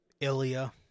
Ilya